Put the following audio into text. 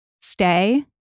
stay